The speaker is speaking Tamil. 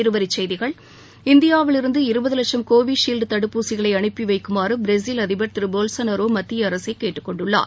இருவரிச்செய்திகள் இந்தியாவிலிருந்து இருபது லட்சம் கோவிஷீல்டு தடுப்பூசிகளை அனுப்பி வைக்குமாறு பிரேசில் அதிபர் திரு போல் சோனரோ மத்திய அரசைக் கேட்டுக் கொண்டுள்ளார்